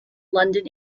london